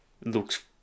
looks